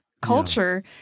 culture